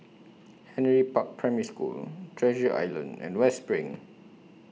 Henry Park Primary School Treasure Island and West SPRING